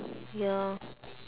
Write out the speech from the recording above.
ya